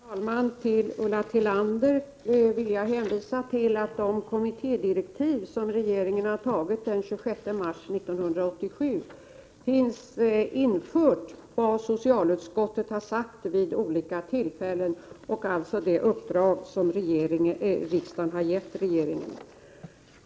Herr talman! Till Ulla Tillander vill jag säga att i de kommittédirektiv som regeringen har antagit den 26 mars 1987 finns infört vad socialutskottet har sagt vid olika tillfällen och alltså det uppdrag som riksdagen har gett regeringen.